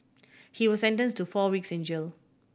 he was sentence to four weeks in jail